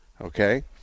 okay